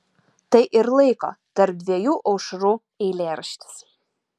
tai ir laiko tarp dviejų aušrų eilėraštis